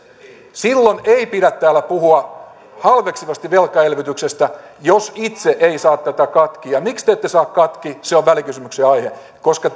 silloin ei pidä täällä puhua halveksivasti velkaelvytyksestä jos itse ei saa tätä katki ja miksi te ette saa katki se on välikysymyksen aihe koska